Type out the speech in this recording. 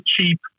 cheap